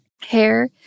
hair